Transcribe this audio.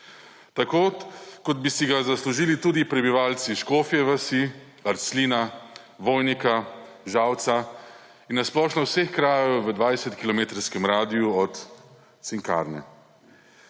Tako kot bi si ga zaslužili tudi prebivalci Škofje vasi, Arclina, Vojnika, Žalca in na splošno vseh krajev v 20-kilometrskem radiju od cinkarne.